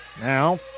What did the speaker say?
Now